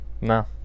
No